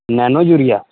nano urea